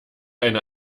eine